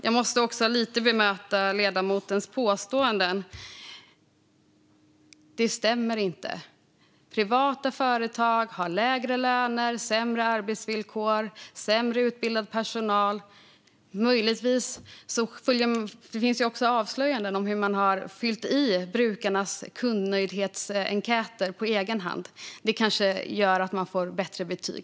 Jag måste också bemöta ledamotens påståenden lite, som inte stämmer. Privata företag har lägre löner, sämre arbetsvillkor och sämre utbildad personal. Det finns också avslöjanden om hur man har fyllt i brukarnas kundnöjdhetsenkäter på egen hand. Det kanske gör att man får bättre betyg.